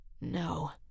No